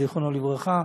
זיכרונו לברכה.